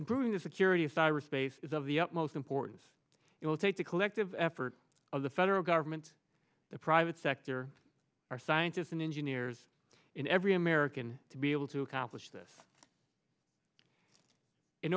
improving the security of cyrus spaces of the utmost importance it will take a collective effort of the federal government the private sector our scientists and engineers in every american to be able to accomplish this in